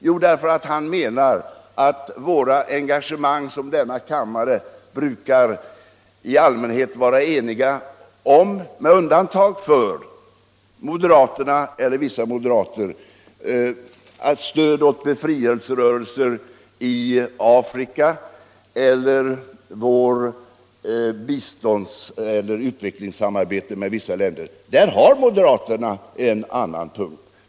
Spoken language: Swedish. Jo, när det gäller våra engagemang —- som vi i denna kammare i allmänhet är eniga om med undantag för moderaterna eller vissa moderater — för stöd åt befrielserörelser i Afrika eller för bistånds eller utvecklingssamarbete med vissa länder har moderaterna en annan ståndpunkt.